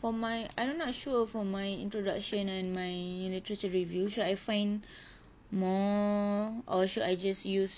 for my and I'm not sure for my introduction and my literature review should I find more or should I just use